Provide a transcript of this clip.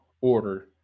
order